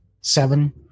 seven